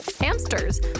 hamsters